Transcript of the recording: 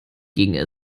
ging